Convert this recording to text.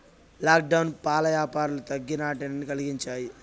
లాక్డౌన్లో పాల యాపారాలు తగ్గి నట్టాన్ని కలిగించాయి